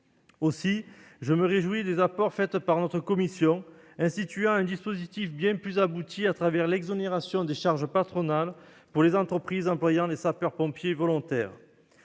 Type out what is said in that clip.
aussi, je me réjouis des apports de notre commission instituant un dispositif bien plus abouti à travers l'exonération de charges patronales pour les entreprises employant des sapeurs-pompiers volontaires.